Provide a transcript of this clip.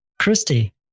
Christy